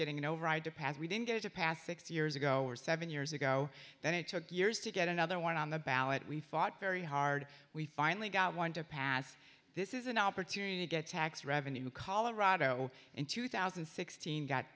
pass we didn't get a pass six years ago or seven years ago that it took years to get another one on the ballot we fought very hard we finally got one to pass this is an opportunity to get tax revenue colorado in two thousand and sixteen got